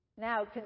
Now